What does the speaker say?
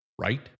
right